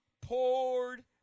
poured